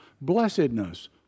blessedness